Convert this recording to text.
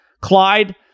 Clyde